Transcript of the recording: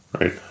right